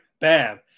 bam